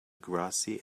grassy